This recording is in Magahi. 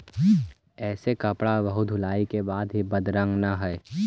ऐसे कपड़े बहुत धुलाई के बाद भी बदरंग न हई